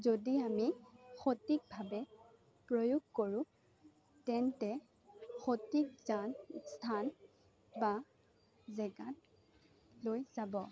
যদি আমি সঠিকভাৱে প্ৰয়োগ কৰোঁ তেন্তে সঠিক জান স্থান বা জেগাত লৈ যাব